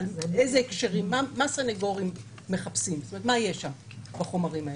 סנגורים מחפשים, מה יש בחומרים האלה.